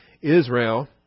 Israel